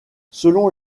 selon